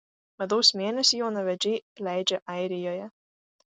medaus mėnesį jaunavedžiai leidžia airijoje